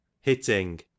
Hitting